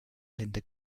linda